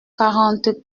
quarante